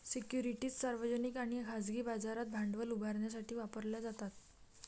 securities सार्वजनिक आणि खाजगी बाजारात भांडवल उभारण्यासाठी वापरल्या जातात